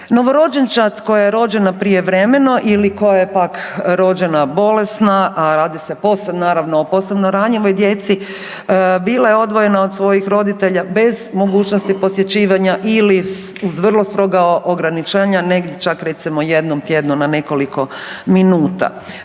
Novorođenčad koja je rođena prijevremeno ili koja je pak rođena bolesna, a radi se posebno naravno o posebno ranjivoj djeci bila je odvojena od svojih roditelja bez mogućnosti posjećivanja ili uz vrlo stroga ograničenja negdje čak recimo jednom tjednom na nekoliko minuta.